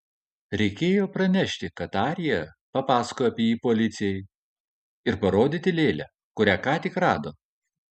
reikėjo pranešti kad arija papasakojo apie jį policijai ir parodyti lėlę kurią ką tik rado